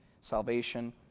salvation